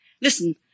Listen